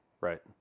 Right